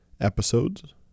episodes